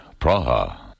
Praha